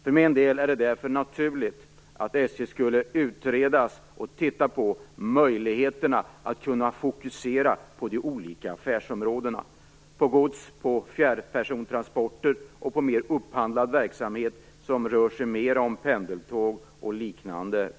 För mig är det därför naturligt att man utreder SJ och tittar närmare på möjligheterna att fokusera på de olika affärsområdena - på godstrafik, på fjärrpersontransporter och på mer upphandlad verksamhet, som handlar om pendeltågstrafik och liknande.